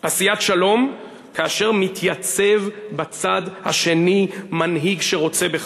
עשיית שלום כאשר מתייצב בצד השני מנהיג שרוצה בכך,